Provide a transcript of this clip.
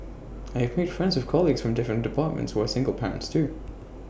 I have made friends with colleagues from different departments who are single parents too